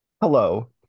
Hello